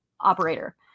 operator